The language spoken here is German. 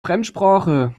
fremdsprache